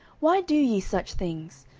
why do ye such things?